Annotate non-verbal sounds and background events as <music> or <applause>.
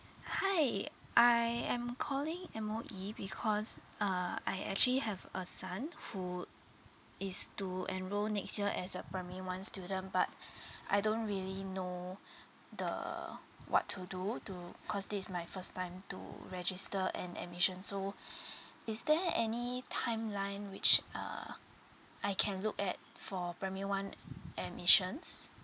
hi I am calling M_O_E because uh I actually have a son who is to enroll next year as a primary one student but I don't really know the what to do to cause this is my first time to register an admission so <breath> is there any timeline which uh I can look at for primary one admissions